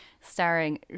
Starring